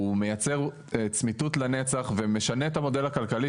הוא מייצר צמיתות לנצח ומשנה את המודל הכלכלי